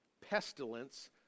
pestilence